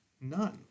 None